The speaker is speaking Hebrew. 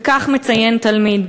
וכך מציין תלמיד: